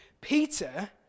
Peter